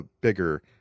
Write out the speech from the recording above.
bigger